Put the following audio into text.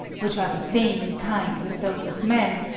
which are the same in kind with those of man,